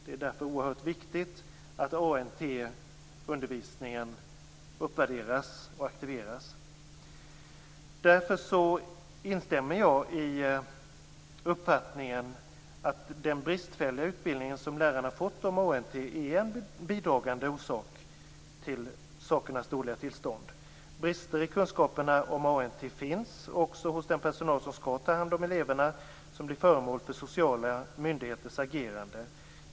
Det är därför oerhört viktigt att ANT-undervisningen uppvärderas och aktiveras. Därför instämmer jag i uppfattningen att den bristfälliga utbildningen som lärarna har fått om ANT är en bidragande orsak till sakernas dåliga tillstånd. Brister i kunskaperna om ANT finns också hos den personal som skall ta hand om elever som blir föremål för sociala myndigheters agerande.